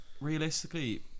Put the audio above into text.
realistically